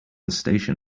station